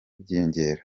byiyongera